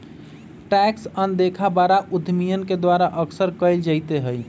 tax अनदेखा बड़ा उद्यमियन के द्वारा अक्सर कइल जयते हई